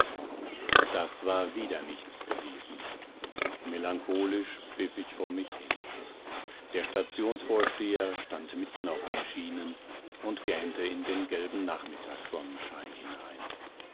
das war wieder nichts gewesen melancholisch pfiff ich vor mich hin der stationsvorsteher stand mitten auf den schienen und gähnte in den gelben nachmittagssonnenschein hinein